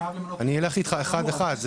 אני אלך איתך אחד אחד.